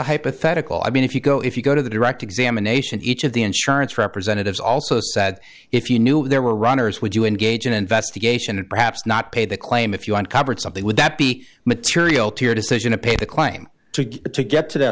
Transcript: hypothetical i mean if you go if you go to the direct examination each of the insurance representatives also said if you knew there were runners would you engage in investigation and perhaps not pay the claim if you aren't covered something would that be material to your decision to pay the claim to it to get to th